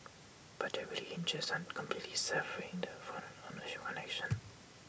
but that really hinges on completely severing the foreign ownership connection